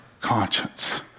conscience